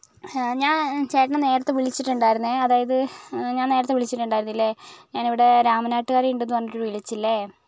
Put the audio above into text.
ഞാൻ ചേട്ടനെ നേരത്തെ വിളിച്ചിട്ടുണ്ടായിരുന്നെ അതായത് ഞാൻ നേരത്തെ വിളിച്ചിട്ടുണ്ടായിരുന്നില്ലേ ഞാൻ ഇവിടെ രാമനാട്ടുകര ഉണ്ടെന്ന് പറഞ്ഞിട്ട് വിളിച്ചില്ലേ